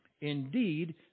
Indeed